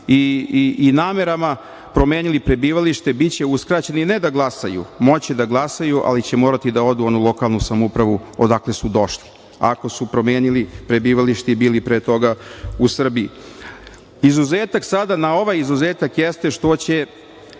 namerama promenili prebivalište, biće uskraćeni, ne da glasaju, moći će da glasaju, ali će morati da odu u onu lokalnu samoupravu odakle su došli, ako su promenili prebivalište i bili pre toga u Srbiji. Izuzetak sada na ovaj izuzetak jeste što e